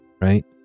right